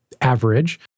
average